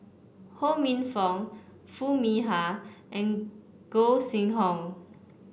Ho Minfong Foo Mee Har and Gog Sing Hooi